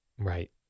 Right